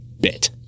bit